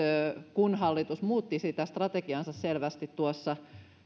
hallitus muutti sitä strategiaansa selvästi tuossa